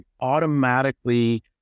automatically